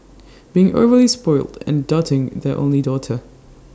being overly spoilt and doting their only daughter